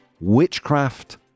witchcraft